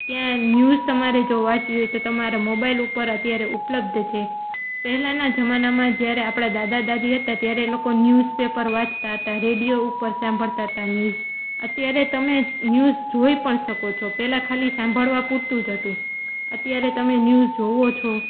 ક્યાં ન્યૂઝ તમારે જો વાંચવી હોય તો તમારા મોબાઈલ ઉપર અત્યારે ઉપલબ્ધ છે પહેલાંના જમાનામાં જ્યારે આપણા દાદા દાદી હતા ત્યારે એ લોકો ન્યૂઝપેપર વાંચતાં હતાં રેડિયો ઉપર સાંભળતા હતા ન્યૂઝ અત્યારે તમે ન્યૂઝ જોઈ પણ શકો છો પહેલાં ખાલી સાંભળવા પૂરતું જ હતું અત્યારે તમે ન્યૂઝ જુઓ છો